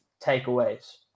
takeaways